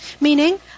Meaning